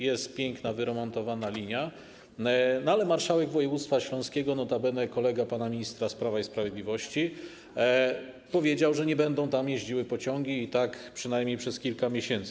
Jest tam piękna, wyremontowana linia, ale marszałek województwa śląskiego, notabene kolega pana ministra z Prawa i Sprawiedliwości, powiedział, że nie będą tam jeździły pociągi i tak będzie przynajmniej przez kilka miesięcy.